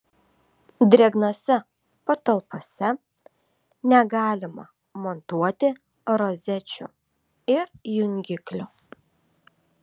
drėgnose patalpose negalima montuoti rozečių ir jungiklių